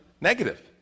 negative